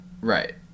right